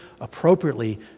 appropriately